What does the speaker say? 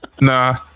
nah